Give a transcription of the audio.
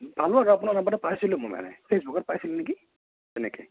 পালোঁ আৰু ধৰক আপোনাৰ নাম্বাৰটো পাইছিলোঁ মই মানে ফেচবুকত পাইছিলোঁ নেকি এনেকৈ